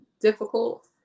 difficult